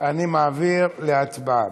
אני מעביר להצבעה.